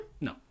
No